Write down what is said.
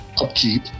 upkeep